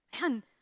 man